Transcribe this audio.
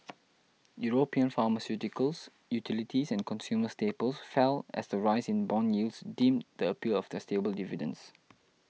European pharmaceuticals utilities and consumer staples fell as the rise in bond yields dimmed the appeal of their stable dividends